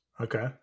Okay